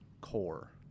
core